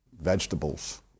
vegetables